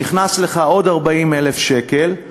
נכנסו לך עוד 40,000 שקלים,